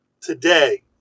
today